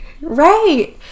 Right